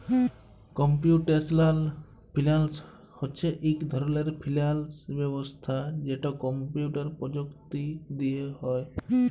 computational finance হছে ইক ধরলের ফিল্যাল্স ব্যবস্থা যেট কম্পিউটার পরযুক্তি দিঁয়ে হ্যয়